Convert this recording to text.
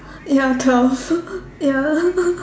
ya twelve ya